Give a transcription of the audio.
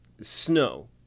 Snow